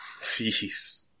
Jeez